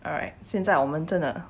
alright 现在我们真的